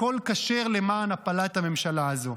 הכול כשר למען הפלת הממשלה הזו.